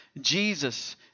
Jesus